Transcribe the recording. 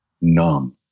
numb